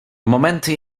momenty